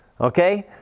okay